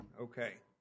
Okay